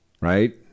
right